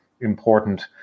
important